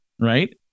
right